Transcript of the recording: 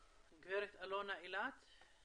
גב' אלונה אילת.